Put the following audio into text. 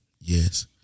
Yes